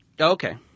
Okay